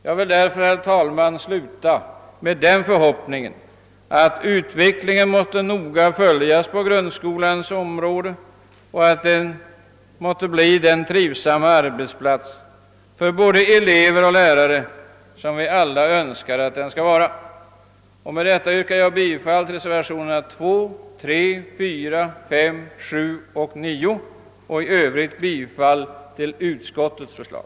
Jag skall därför sluta med att uttala den förhoppningen, att utvecklingen på grundskolans område noga följes och att skolan blir den trivsamma arbetsplats för både elever och lärare som vi alla önskar att den skall vara. Herr talman! Med det anförda yrkar jag bifall till reservationerna 2, 3, 4, 5, 7 och 9. I övrigt yrkar jag bifall till utskottets förslag.